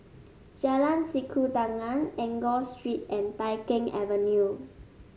Jalan Sikudangan Enggor Street and Tai Keng Avenue